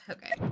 Okay